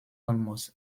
almost